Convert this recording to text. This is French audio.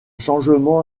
changement